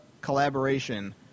collaboration